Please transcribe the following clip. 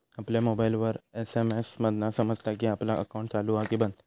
आपल्या मोबाईलवर एस.एम.एस मधना समजता कि आपला अकाउंट चालू हा कि बंद